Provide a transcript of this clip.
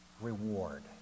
reward